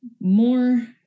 more